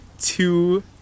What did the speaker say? two